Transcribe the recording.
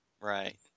Right